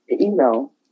email